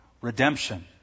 Redemption